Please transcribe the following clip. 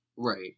Right